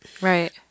Right